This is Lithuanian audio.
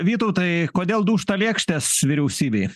vytautai kodėl dūžta lėkštės vyriausybėj